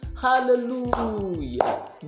Hallelujah